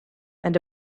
and